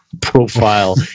profile